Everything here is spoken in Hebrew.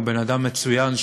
הוא בן-אדם מצוין,